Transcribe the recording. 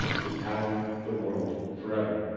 could power the world forever.